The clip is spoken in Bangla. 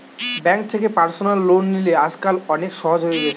বেঙ্ক থেকে পার্সনাল লোন লিলে আজকাল অনেক সহজ হয়ে গেছে